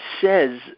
says